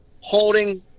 holding